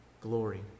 glory